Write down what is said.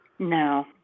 No